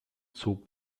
zog